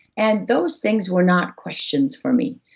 and those things were not questions for me,